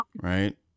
Right